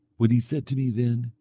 when he said to me then,